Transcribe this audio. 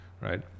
right